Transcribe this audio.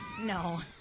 No